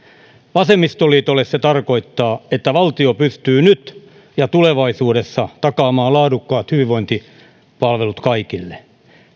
vasemmistoliitolle se tarkoittaa että valtio pystyy nyt ja tulevaisuudessa takaamaan laadukkaat hyvinvointipalvelut kaikille